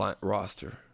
roster